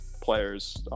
players